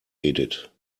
edith